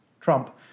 Trump